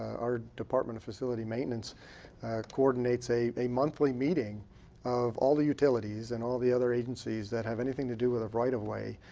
our department of facilities maintenance coordinates a a monthly meeting of all the utilities and all the other agencies that have anything to do with right of way,